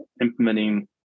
implementing